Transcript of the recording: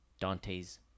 Dante's